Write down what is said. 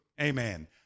Amen